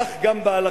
כך גם בהלכה.